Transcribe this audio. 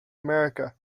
america